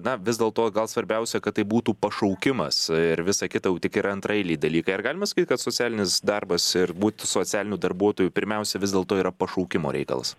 na vis dėlto gal svarbiausia kad tai būtų pašaukimas ir visa kita jau tik yra antraeiliai dalykai ar galima sakyt kad socialinis darbas ir būt socialiniu darbuotoju pirmiausia vis dėlto yra pašaukimo reikalas